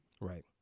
right